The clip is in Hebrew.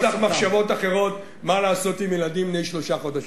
יש לך מחשבות אחרות מה לעשות עם ילדים בני שלושה חודשים.